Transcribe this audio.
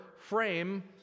frame